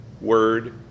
Word